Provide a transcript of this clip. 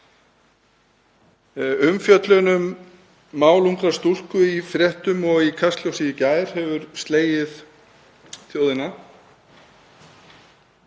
Umfjöllun um mál ungrar stúlku í fréttum og Kastljósi í gær hefur skilið þjóðina